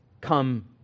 come